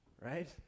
right